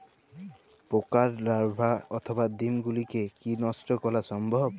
পোকার লার্ভা অথবা ডিম গুলিকে কী নষ্ট করা সম্ভব?